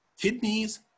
kidneys